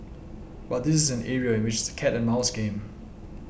but this is an area in which it's a cat and mouse game